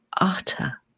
utter